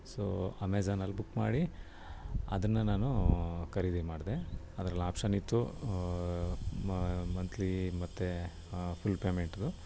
so ಅಮೆಝಾನಲ್ಲಿ book ಮಾಡಿ ಅದನ್ನು ನಾನು ಖರೀದಿ ಮಾಡಿದೆ ಅದ್ರಲ್ಲಿ ಆಪ್ಶನ್ ಇತ್ತು ಮಂತ್ಲೀ ಮತ್ತು ಫುಲ್ ಪೇಮೆಂಟ್ದು